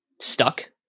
stuck